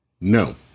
no